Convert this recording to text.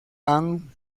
han